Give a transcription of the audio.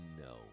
no